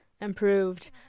improved